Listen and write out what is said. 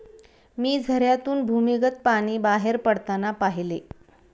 मी झऱ्यातून भूमिगत पाणी बाहेर पडताना पाहिले